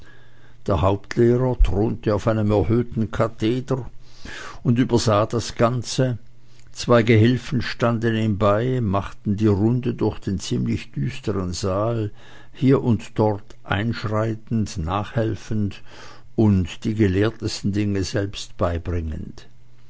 der hauptlehrer thronte auf einem erhöhten katheder und übersah das ganze zwei gehilfen standen ihm bei machten die runde durch den ziemlich düstern saal hier und dort einschreitend nachhelfend und die gelehrtesten dinge selbst beibringend